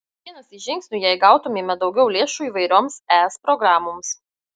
vienas iš žingsnių jei gautumėme daugiau lėšų įvairioms es programoms